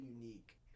unique